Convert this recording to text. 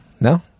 No